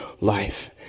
life